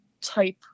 type